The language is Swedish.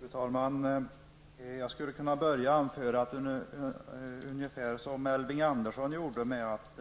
Fru talman! Jag skulle i likhet med Elving Andersson vilja börja mitt anförande med att